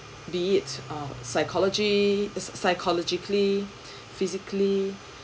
be it a psychology psy~ psychologically physically